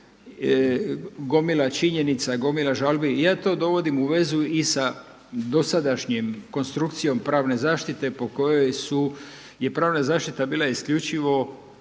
gomila činjenica i gomila žalbi – ja to dovodim u vezu i sa dosadašnjom konstrukcijom pravne zaštite po kojoj je pravna zaštita bila isključivo